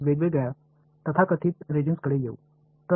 எனவே ரெஜிம்ஸ் என்றால் என்ன